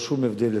ללא שום הבדל.